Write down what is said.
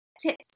tips